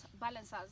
balances